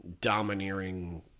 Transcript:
domineering